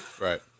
Right